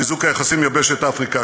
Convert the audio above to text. חיזוק היחסים עם יבשת אפריקה,